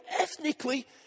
ethnically